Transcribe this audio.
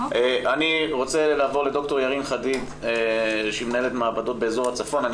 אני רוצה לעבור לד"ר ירין חדיד שהיא מנהלת מעבדות באזור הצפון.